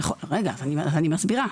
אני מסבירה.